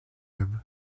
him